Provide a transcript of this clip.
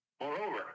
Moreover